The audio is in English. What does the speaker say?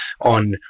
on